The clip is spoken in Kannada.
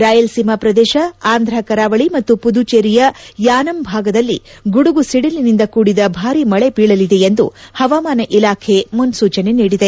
ರಾಯಲಸೀಮಾ ಪ್ರದೇಶ ಆಂಧ್ರ ಕರಾವಳಿ ಮತ್ತು ಮದುಚೇರಿಯ ಯಾನಮ್ ಭಾಗದಲ್ಲಿ ಗುಡುಗು ಸಿಡಿಲಿನಿಂದ ಕೂಡಿದ ಭಾರಿ ಮಳೆ ಬೀಳಲಿದೆ ಎಂದು ಹವಮಾನ ಇಲಾಖೆ ಮುನ್ನೂಚನೆ ನೀಡಿದೆ